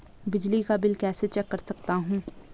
बिजली का बिल कैसे चेक कर सकता हूँ?